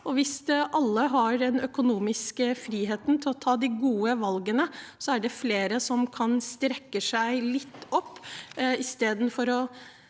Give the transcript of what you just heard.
Hvis alle har den økonomiske friheten til å ta de gode valgene, er det flere som kan rette seg litt opp